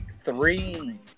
three